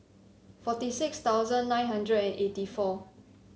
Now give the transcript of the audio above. forty six thousand nine hundred and eighty four